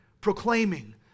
proclaiming